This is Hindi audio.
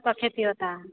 सबका खेती होता है